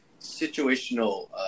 situational